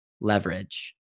leverage